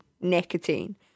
nicotine